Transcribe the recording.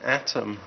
atom